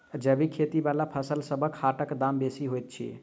जैबिक खेती बला फसलसबक हाटक दाम बेसी होइत छी